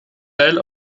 teil